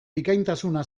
bikaintasuna